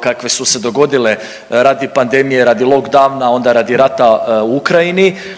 kakve su se dogodile radi pandemije, radi lockdowna, onda radi rata u Ukrajini,